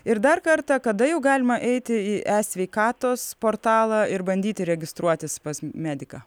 ir dar kartą kada jau galima eiti į e sveikatos portalą ir bandyti registruotis pas mediką